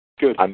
Good